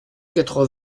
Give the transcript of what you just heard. quatre